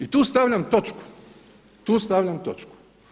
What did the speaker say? I tu stavljam točku, tu stavljam točku.